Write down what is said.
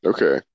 Okay